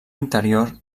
interior